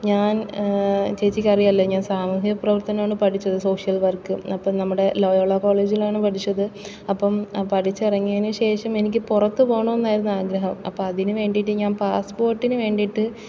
ഞാൻ ചേച്ചിക്ക് അറിയാമല്ലൊ ഞാൻ സാമൂഹ്യ പ്രവർത്തകനാണ് പഠിച്ചത് സോഷ്യൽ വർക്ക് അപ്പം നമ്മുടെ ലയോള കോളേജിലാണ് പഠിച്ചത് അപ്പം പഠിച്ചിറങ്ങിയതിന് ശേഷം എനിക്ക് പുറത്ത് പോകണമായിരുന്നു ആഗ്രഹം അപ്പം അതിന് വേണ്ടിയിട്ട് ഞാ പാസ്സ്പോർട്ടിന് വേണ്ടിയിട്ട്